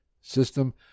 system